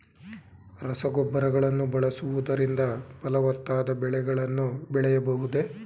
ರಸಗೊಬ್ಬರಗಳನ್ನು ಬಳಸುವುದರಿಂದ ಫಲವತ್ತಾದ ಬೆಳೆಗಳನ್ನು ಬೆಳೆಯಬಹುದೇ?